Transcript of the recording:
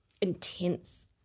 intense